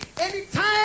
Anytime